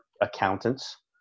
accountants